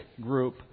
group